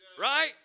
Right